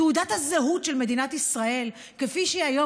תעודת הזהות של מדינת ישראל כפי שהיא היום